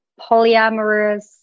polyamorous